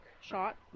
shot